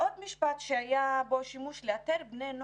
עוד מילה שנציגת המבקר השתמשה בו היא "נושרים".